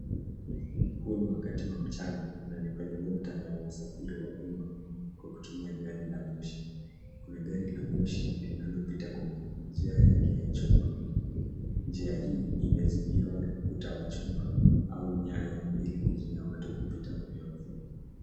Huu ni wakati wa mchana na ni kwenye muktadha wa usafiri wa umma kwa kutumia gari la moshi. Kuna gari la moshi linalopita kwenye njia yake ya chuma. Njia hii imezingirwa na ukuta wa chuma au nyaya ili kuzuia watu kupita ovyo ovyo.